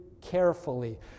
carefully